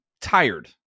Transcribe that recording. tired